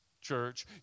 church